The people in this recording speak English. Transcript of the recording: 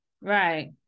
Right